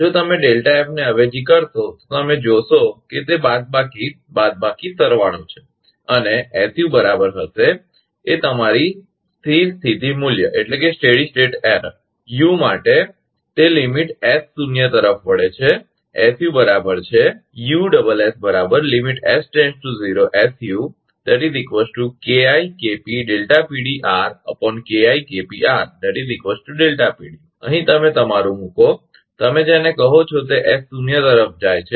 જો તમે ને અવેજી કરશો તો તમે જોશો કે તે બાદબાકી બાદબાકી સરવાળો છે અને su બરાબર હશે અને એ તમારી સ્થિર સ્થિતિ ભૂલ માટે યુ માટે તે લિમીટ એસ શૂન્ય તરફ વળે છે SU બરાબર છે - અહીં તમે તમારુ મૂકો તમે જેને કહો છો તે એસ શૂન્ય તરફ જાય છે